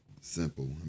simple